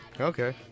Okay